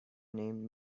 named